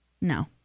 No